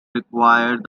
require